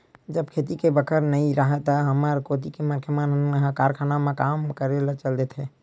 जब खेती के बखत नइ राहय त हमर कोती के मनखे मन ह कारखानों म काम करे ल चल देथे